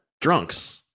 drunks